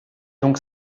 donc